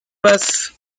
passe